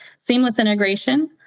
seamless integration,